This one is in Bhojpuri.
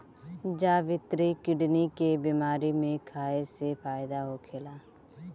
जावित्री किडनी के बेमारी में खाए से फायदा होखेला